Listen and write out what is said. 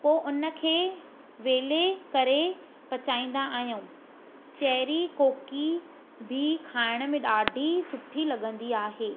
पोइ उनखे वेले करे पचाईंदा आहियूं चैरी कोकी बि खाइण में ॾाढी सुठी लॻंदी आहे